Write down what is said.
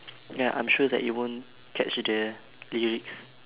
ya I'm sure that you won't catch the the lyrics